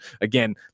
Again